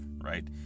right